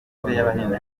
abahinzi